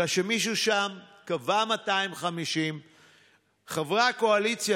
אלא שמישהו שם קבע 250. חברי הקואליציה,